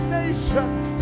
nations